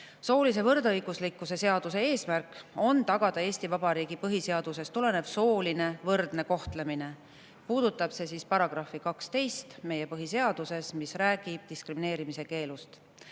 Soolise võrdõiguslikkuse seaduse eesmärk on tagada Eesti Vabariigi põhiseadusest tulenev sooline võrdne kohtlemine – see puudutab meie põhiseaduse § 12, mis räägib diskrimineerimise keelust